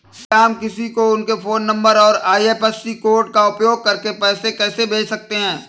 क्या हम किसी को उनके फोन नंबर और आई.एफ.एस.सी कोड का उपयोग करके पैसे कैसे भेज सकते हैं?